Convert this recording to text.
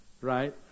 right